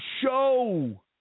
show